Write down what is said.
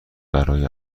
برای